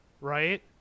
Right